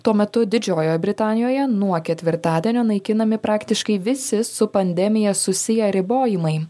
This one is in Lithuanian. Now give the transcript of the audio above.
tuo metu didžiojoje britanijoje nuo ketvirtadienio naikinami praktiškai visi su pandemija susiję ribojimai